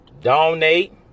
donate